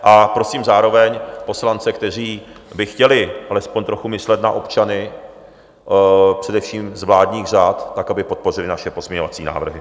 A prosím zároveň poslance, kteří by chtěli alespoň trochu myslet na občany, především z vládních řad, aby podpořili naše pozměňovací návrhy.